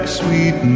sweet